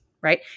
right